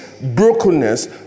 brokenness